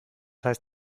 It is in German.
heißt